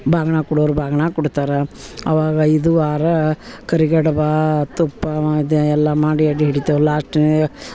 ಬಾಗ್ನ ಕೊಡೋವ್ರು ಬಾಗ್ನ ಕೊಡ್ತಾರೆ ಅವಾಗ ಇದು ಆರ್ ಕರಿಗಡಬು ತುಪ್ಪ ಅದೆಲ್ಲ ಮಾಡಿ ಎಡೆ ಇಡ್ತೇವೆ ಲಾಸ್ಟ